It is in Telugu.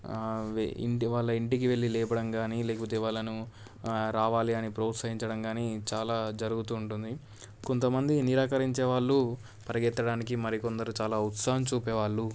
వె ఇంటి వాళ్ళ ఇంటికి వెళ్ళి లేపడం కానీ లేకపోతే వాళ్ళను రావాలి అని ప్రోత్సహించడం కానీ చాలా జరుగుతూ ఉంటుంది కొంతమంది నిరాకరించే వాళ్ళు పరిగెత్తడానికి మరికొందరు చాలా ఉత్సాహం చూపే వాళ్ళు